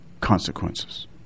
consequences